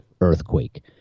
earthquake